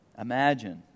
imagine